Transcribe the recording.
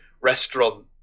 restaurant